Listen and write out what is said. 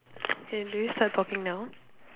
eh do we start talking now